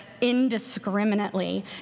indiscriminately